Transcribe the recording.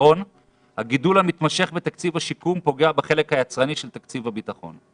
"הגידול המתמשך בתקציב השיקום פוגע בחלק היצרני של תקציב הביטחון".